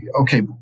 okay